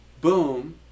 boom